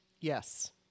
yes